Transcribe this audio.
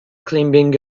climbing